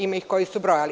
Ima ih koji su brojali.